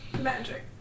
magic